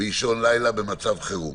באישון לילה במצב חירום.